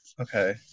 Okay